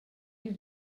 you